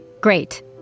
Great